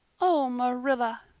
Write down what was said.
oh, marilla,